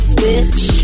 bitch